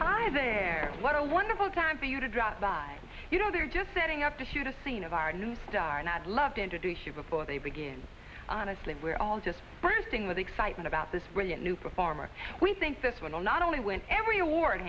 hi there what a wonderful time for you to drop by you know they're just setting up to shoot a scene of our new star and i'd love to introduce you before they begin honestly we're all just bursting with excitement about this brilliant new performer we think this will not only win every award